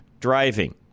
driving